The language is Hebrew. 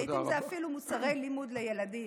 ולעיתים זה אפילו מוצרי לימוד לילדים.